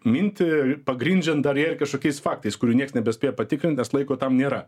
mintį pagrindžiant dar ją ir kažkokiais faktais kurių nieks nebespėja patikrint nes laiko tam nėra